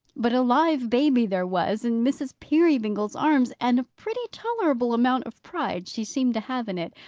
but a live baby there was in mrs. peerybingle's arms and a pretty tolerable amount of pride she seemed to have in it,